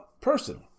person